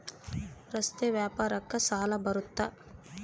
ರಸ್ತೆ ವ್ಯಾಪಾರಕ್ಕ ಸಾಲ ಬರುತ್ತಾ?